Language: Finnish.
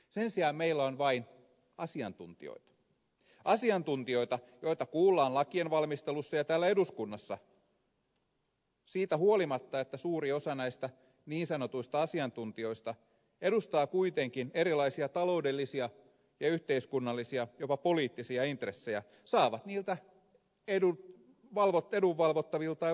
sen sijaan meillä on vain asiantuntijoita asiantuntijoita joita kuullaan lakien valmistelussa ja täällä eduskunnassa siitä huolimatta että suuri osa näistä niin sanotuista asiantuntijoista edustaa kuitenkin erilaisia taloudellisia ja yhteiskunnallisia jopa poliittisia intressejä saavat niiltä edunvalvottavilta jopa palkkaa